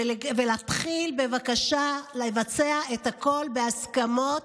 ולהתחיל בבקשה לבצע את הכול בהסכמות.